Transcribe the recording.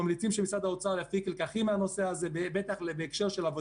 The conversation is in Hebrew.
אנחנו נעיר כבר עכשיו שבעת אומדן הטבת המס שנעשה